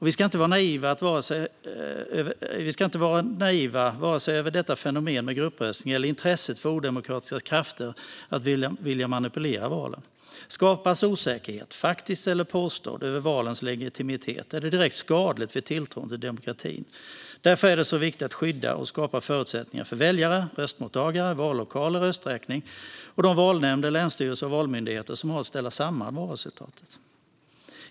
Vi ska inte vara naiva när det gäller vare sig fenomenet med gruppröstning eller odemokratiska krafters intresse av att manipulera valen. Skapas osäkerhet, faktisk eller påstådd, om valens legitimitet är det direkt skadligt för tilltron till demokratin. Därför är det så viktigt att skydda och skapa förutsättningar för väljare, röstmottagare, vallokaler och rösträkning samt för valnämnder, länsstyrelser och Valmyndigheten, som har att ställa samman valresultatet.